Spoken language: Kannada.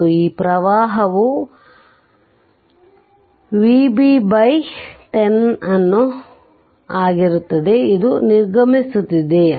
ಮತ್ತು ಈ ಪ್ರವಾಹವು Vb 10ಯನ್ನುನಿರ್ಗಮಿಸುತ್ತಿದೆ